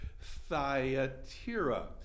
Thyatira